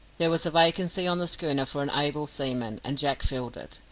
there was a vacancy on the schooner for an able seaman, and jack filled it.